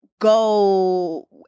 go